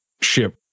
ship